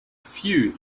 few